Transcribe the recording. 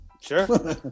Sure